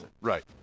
Right